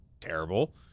terrible